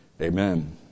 amen